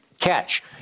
catch